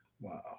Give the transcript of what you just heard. Wow